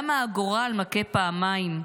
למה הגורל מכה בי פעמיים?